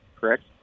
correct